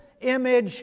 image